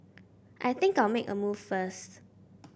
I think I'll make a move first